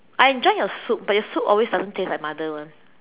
I enjoy your soup but your soup always doesn't taste like mother one